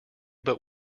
but